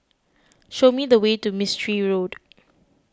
show me the way to Mistri Road